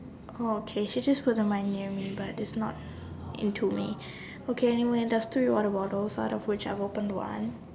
oh okay she just put the mic near me but it's not into me okay anyway there's three water bottles out of which I opened one